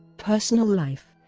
personal life